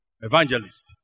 evangelist